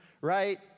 Right